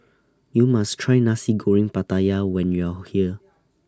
YOU must Try Nasi Goreng Pattaya when YOU Are here